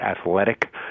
athletic